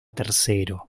tercero